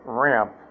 ramp